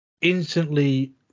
instantly